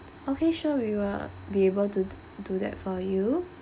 okay sure we will be able to do do that for you